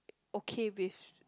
okay with